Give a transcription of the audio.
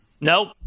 Nope